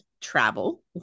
travel